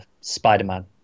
Spider-Man